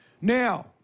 Now